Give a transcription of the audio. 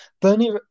Bernie